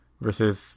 versus